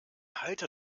halter